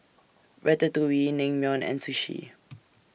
Ratatouille Naengmyeon and Sushi